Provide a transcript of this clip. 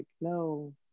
no